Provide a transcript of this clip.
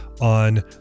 on